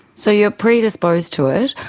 so you are predisposed to it,